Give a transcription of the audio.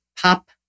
pop